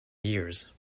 years